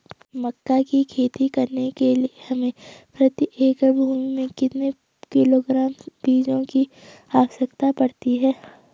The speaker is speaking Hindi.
मक्का की खेती करने के लिए हमें प्रति एकड़ भूमि में कितने किलोग्राम बीजों की आवश्यकता पड़ती है?